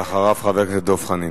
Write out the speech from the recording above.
ואחריו, חבר הכנסת דב חנין.